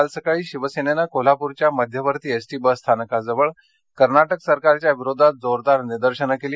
काल सकाळी शिवसेनेनं कोल्हापूरच्या मध्यवर्ती एसटी बस स्थानकाजवळ कर्नाटक सरकारच्या विरोधात जोरदार निदर्शनं केली